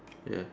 ya